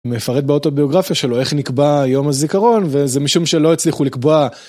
מפרט באוטוביוגרפיה שלו איך נקבע יום הזיכרון וזה משום שלא הצליחו לקבוע.